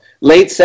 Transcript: Late